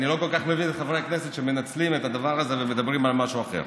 אני לא כל כך מבין חברי הכנסת שמנצלים את הדבר הזה ומדברים על משהו אחר.